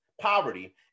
poverty